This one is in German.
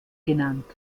genannt